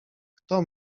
kto